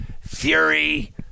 Fury